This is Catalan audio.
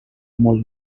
molt